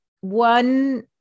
one